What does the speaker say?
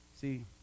see